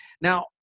Now